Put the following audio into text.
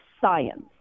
Science